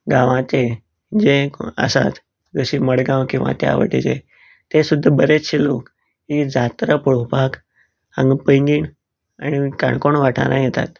गावांचे जे कोण आसात ते जशें मडगांव किंवां त्या वटेचे ते सुद्दां बरेचशे लोक ही जात्रा पळोवपाक हांगा पैंगीण आनी काणकोण वाठारांत येतात